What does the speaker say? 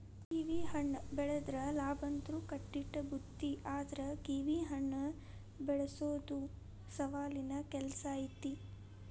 ಕಿವಿಹಣ್ಣ ಬೆಳದ್ರ ಲಾಭಂತ್ರು ಕಟ್ಟಿಟ್ಟ ಬುತ್ತಿ ಆದ್ರ ಕಿವಿಹಣ್ಣ ಬೆಳಸೊದು ಸವಾಲಿನ ಕೆಲ್ಸ ಐತಿ